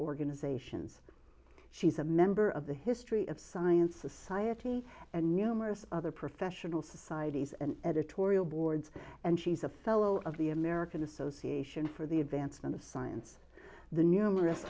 organizations she's a member of the history of science society and numerous other professional societies and editorial boards and she's a fellow of the american association for the advancement of science the numerous